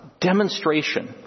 demonstration